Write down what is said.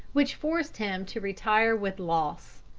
which forced him to retire with loss.